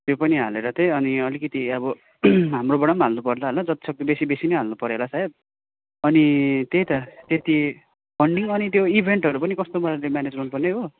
त्यो पनि हालेर चाहिँ अलिकति अब हाम्रोबाट हाल्नु पऱ्यो होला जति सक्दो बेसी बेसी नै हाल्नु पऱ्यो होला सायद अनि त्यही त त्यति फन्डिङ अनि त्यो इभेन्टहरू पनि कस्तो पाराले म्यानेज गर्नु पर्ने हो